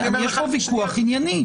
יש פה ויכוח ענייני.